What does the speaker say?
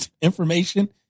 information